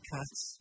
Cuts